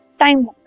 time